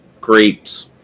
great